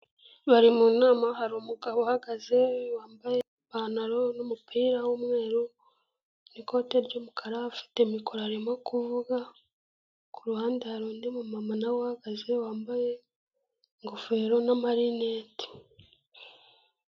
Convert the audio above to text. Bari mu nama hari umugabo uhagaze, wambaye ipantaro n'umupira w'umweru n'ikote ry'umukara, ufite mikoro arimo kuvuga, ku ruhande hari undi mumama nawe uhagaze wambaye ingofero n'amarinete.